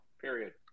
Period